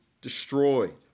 destroyed